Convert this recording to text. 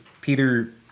Peter